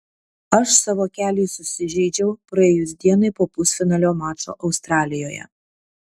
aš savo kelį susižeidžiau praėjus dienai po pusfinalio mačo australijoje